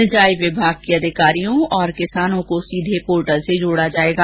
सिंचाई विभाग के अधिकारियों और किसानों को सीधे पोर्टल से जोडा जाएगा